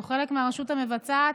הוא חלק מהרשות המבצעת.